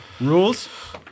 Rules